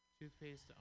Toothpaste